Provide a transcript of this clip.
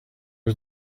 was